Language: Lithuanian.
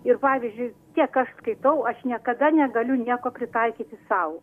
ir pavyzdžiui kiek aš skaitau aš niekada negaliu nieko pritaikyti sau